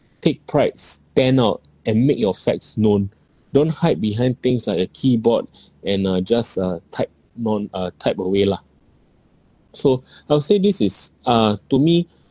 take pride stand out and make your facts known don't hide behind things like a keyboard and uh just uh type non uh type away lah so I would say this is uh to me